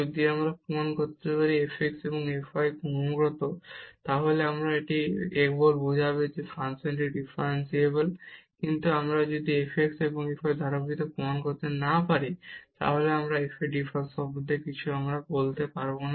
যদি আমরা প্রমাণ করতে পারি যে f x এবং f y ক্রমাগত তাহলে এটি কেবল বোঝাবে যে ফাংশনটি ডিফারেনসিবল কিন্তু আমরা যদি f x এবং f y এর ধারাবাহিকতা প্রমাণ করতে না পারি তাহলে আমরা f এর ডিফারেনশিবিলিটি সম্পর্কে কিছু বলতে পারি না